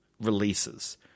releases